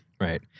Right